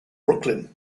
brooklyn